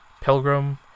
pilgrim